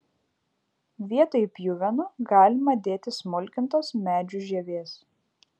vietoj pjuvenų galima dėti smulkintos medžių žievės